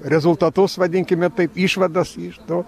rezultatus vadinkime taip išvadas iš to